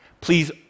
please